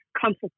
comfort